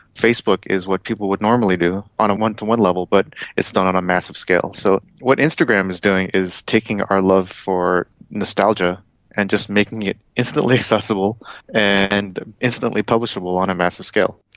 facebook is what people would normally do on a one-to-one level but it's done on a massive scale. so what instagram is doing is taking our love for nostalgia and just making it instantly accessible and instantly publishable on a massive scale.